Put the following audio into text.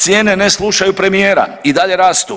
Cijene ne slušaju premijera i dalje rastu.